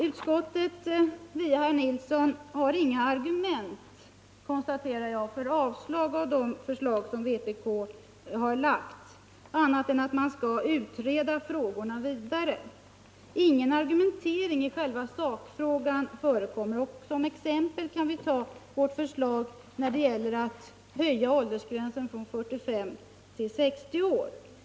Utskottet, via herr Nilsson, har inga argument, konstaterar jag, för avstyrkandet av de förslag som vpk har lagt fram annat än att man skall utreda frågorna vidare. Ingen argumentering i själva sakfrågan förekommer. Som exempel kan nämnas vårt förslag när det gäller att höja åldersgränsen från 45 år till 60 år.